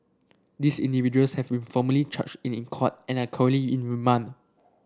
these individuals have been formally charged in court and are currently in remand